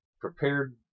prepared